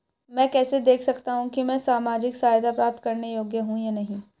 मैं कैसे देख सकता हूं कि मैं सामाजिक सहायता प्राप्त करने योग्य हूं या नहीं?